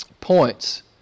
points